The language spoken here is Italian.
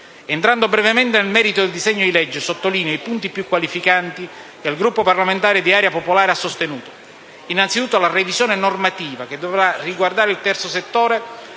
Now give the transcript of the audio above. Entrando brevemente nel merito del disegno di legge sottolineo i punti più qualificanti che il Gruppo parlamentare di Area Popolare ha sostenuto. Innanzitutto la revisione normativa che dovrà riguardare il terzo settore